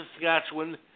Saskatchewan